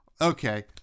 okay